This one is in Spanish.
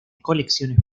colecciones